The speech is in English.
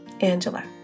Angela